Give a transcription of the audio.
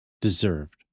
deserved